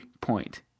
point